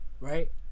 right